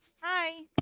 Hi